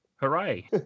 Hooray